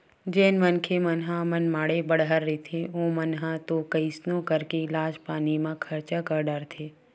जेन मनखे मन ह मनमाड़े बड़हर रहिथे ओमन ह तो कइसनो करके इलाज पानी म खरचा कर डारथे